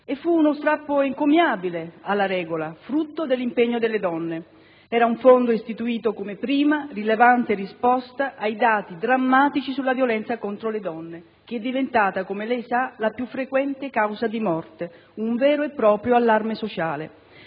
Fu uno strappo encomiabile alla regola, frutto dell'impegno delle donne; si trattava di un fondo istituito come prima e rilevante risposta ai dati drammatici sulla violenza contro le donne, che è diventata - come lei sa - la più frequente causa di morte, un vero e proprio allarme sociale.